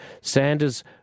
Sanders